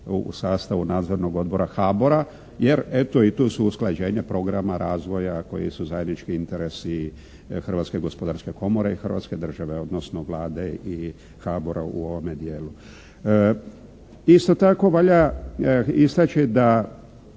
u sastavu Nadzornog odbora HBOR-a jer eto i tu su usklađenje programa razvoja koji su zajednički interesi Hrvatske gospodarske komore i hrvatske države odnosno Vlade i HBOR-a u ovome dijelu. Isto tako valja istaći da